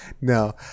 no